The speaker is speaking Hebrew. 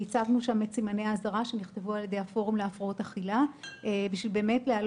והצגנו שם את סימני האזהרה שנכתבו על ידי הפורום להפרעות אכילה,